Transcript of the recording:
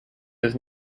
his